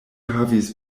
havis